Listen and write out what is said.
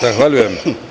Zahvaljujem.